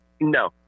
No